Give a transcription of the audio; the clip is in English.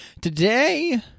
Today